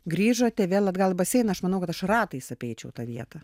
grįžote vėl atgal į baseiną aš manau kad aš ratais apeičiau tą vietą